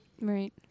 Right